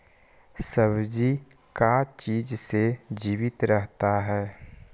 सब्जी का चीज से जीवित रहता है?